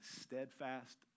steadfast